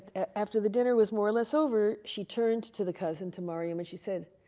after the dinner was more or less over, she turned to the cousin, to mariam, and she said,